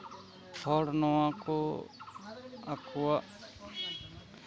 ᱦᱚᱲ ᱱᱚᱣᱟ ᱠᱚ ᱟᱠᱚᱣᱟᱜ